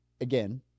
again